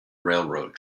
railroad